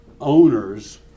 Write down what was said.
owners